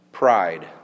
Pride